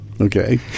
Okay